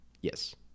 Yes